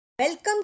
Welcome